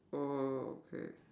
okay